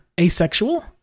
asexual